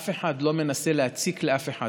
אף אחד לא מנסה להציק לאף אחד,